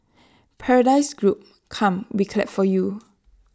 paradise group come we clap for you